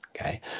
okay